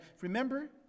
Remember